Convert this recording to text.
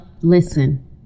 listen